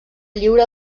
lliura